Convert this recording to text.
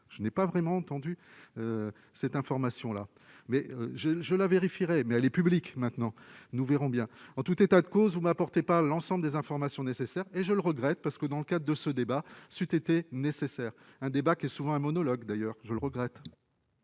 je n'ai pas vraiment entendu cette information là mais je ne je la vérifierai mais elle est publique maintenant, nous verrons bien, en tout état de cause ou portée par l'ensemble des informations nécessaires et je le regrette parce que dans le cas de ce débat, c'eût été nécessaire un débat qui est souvent un monologue d'ailleurs, je le regrette.